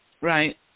Right